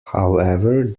however